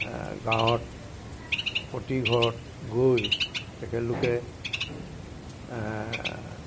গাঁৱত প্ৰতিঘৰত গৈ তেখেতলোকে